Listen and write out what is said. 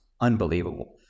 unbelievable